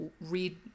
read